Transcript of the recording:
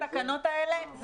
את התוספת: ללול בלא כלובים.